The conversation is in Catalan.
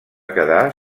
quedar